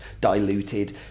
diluted